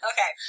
Okay